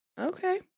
okay